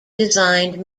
designed